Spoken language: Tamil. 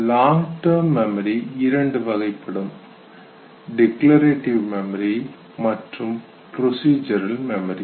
லாங் டெர்ம் மெமரி இரண்டு வகைப்படும் டிக்லரேட்டிவ் மெமரி மற்றும் ப்ரொசிஜரல் மெமரி